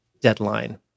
deadline